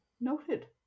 Noted